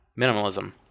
minimalism